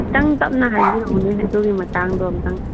ꯈꯤꯇꯪ ꯇꯞꯅ ꯍꯥꯏꯕꯤꯔꯛꯎꯅꯦ ꯑꯗꯨꯒꯤ ꯃꯇꯥꯡꯗꯣ ꯑꯝꯇꯪ